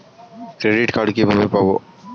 Credit card কিভাবে পাব?